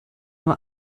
nur